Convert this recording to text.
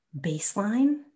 baseline